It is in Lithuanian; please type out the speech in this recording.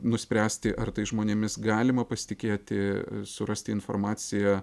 nuspręsti ar tais žmonėmis galima pasitikėti surasti informaciją